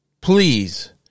Please